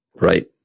right